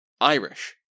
Irish